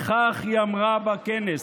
כך היא אמרה בכנס: